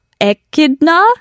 Echidna